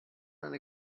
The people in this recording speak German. eine